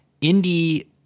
indie